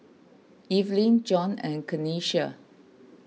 Evelyn John and Kenisha